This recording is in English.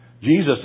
Jesus